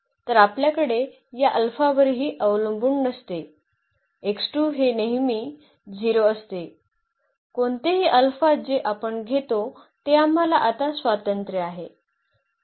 तर आपल्याकडे या अल्फावरही अवलंबून नसते नेहमी 0 असते कोणतेही अल्फा जे आपण घेतो ते आम्हाला आता स्वातंत्र्य आहे